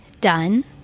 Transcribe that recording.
done